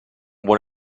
buon